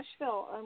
Nashville